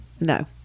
No